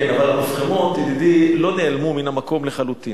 כן, אבל המפחמות, ידידי, לא נעלמו מהמקום לחלוטין.